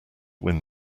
win